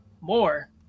more